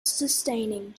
sustaining